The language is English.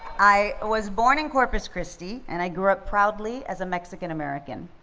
i was born in corpus christi and i grew up proudly as a mexican-american